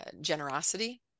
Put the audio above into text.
generosity